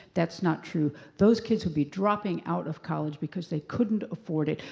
that's not true. those kids would be dropping out of college because they couldn't afford it.